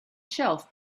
shelf